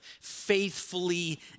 faithfully